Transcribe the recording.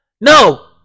No